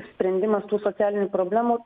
sprendimas tų socialinių problemų